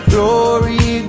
Glory